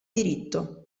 diritto